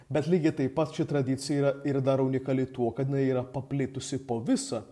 bet lygiai taip pat ši tradicija yra ir dar unikali tuo kad yra paplitusi po visą